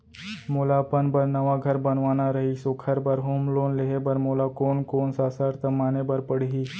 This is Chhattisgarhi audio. मोला अपन बर नवा घर बनवाना रहिस ओखर बर होम लोन लेहे बर मोला कोन कोन सा शर्त माने बर पड़ही?